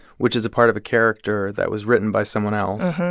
which is a part of a character that was written by someone else,